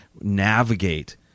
navigate